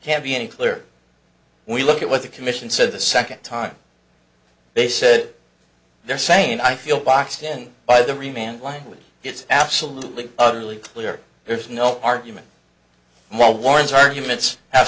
can't be any clearer we look at what the commission said the second time they said they're saying i feel boxed in by the remained language it's absolutely utterly clear there's no argument while warren's arguments